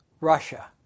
Russia